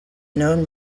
known